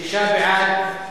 שישה בעד,